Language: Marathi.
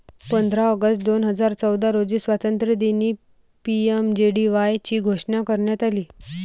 पंधरा ऑगस्ट दोन हजार चौदा रोजी स्वातंत्र्यदिनी पी.एम.जे.डी.वाय ची घोषणा करण्यात आली